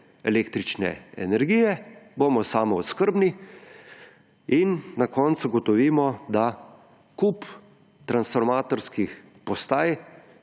električne energije, bomo samooskrbni in na koncu ugotovimo, da kup transformatorskih postaj,